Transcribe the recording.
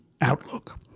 outlook